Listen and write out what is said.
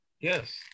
Yes